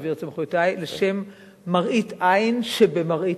זה לא מנומק מספיק.